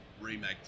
remake